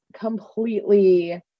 completely